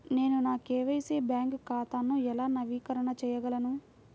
నేను నా KYC bank ఖాతాను ఎలా నవీకరణ చేయగలను?